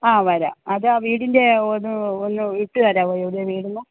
ആ വരാം അതാണ് വീടിൻ്റെ ഒന്നു ഒന്ന് ഇട്ടു തരാമോ വീടി ൻ്റെ